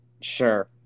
sure